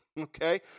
Okay